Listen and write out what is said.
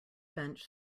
bench